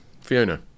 Fiona